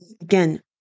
again